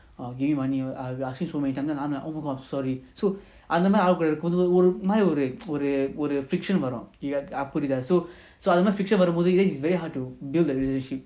err give me money err I ask you so many times then I'm like oh my god sorry so அந்தமாதிரிஆளுங்கஇருக்கும்போது:andha madhiri alunga irukumpothu ஒருமாதிரிஒரு:oru madhiri oru friction வரும்:varum you get புரியுதா:puriutha so அந்தமாதிரி:andha madhiri friction வரும்போது:varumpothu then it's very hard to build a relationship